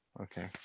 okay